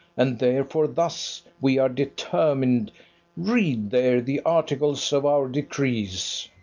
and therefore thus we are determined read there the articles of our decrees.